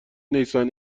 نیسان